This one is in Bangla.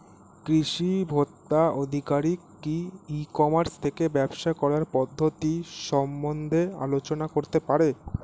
কৃষি ভোক্তা আধিকারিক কি ই কর্মাস থেকে ব্যবসা করার পদ্ধতি সম্বন্ধে আলোচনা করতে পারে?